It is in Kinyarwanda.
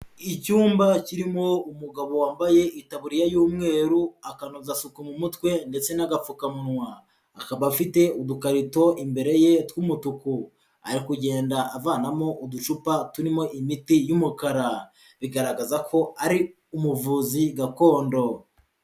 Icyumba kirimo umugabo wambaye itaburiya y'umweru, akanozasuku mu mutwe ndetse n'agapfukamunwa, akaba afite udukarito imbere ye tw'umutuku ari kugenda avanamo uducupa turimo imiti y'umukara, bigaragaza ko ari umuvuzi gakondo.